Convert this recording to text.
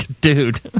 dude